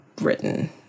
written